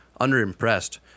underimpressed